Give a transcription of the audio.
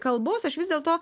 kalbos aš vis dėlto